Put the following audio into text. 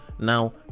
Now